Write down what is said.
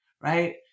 right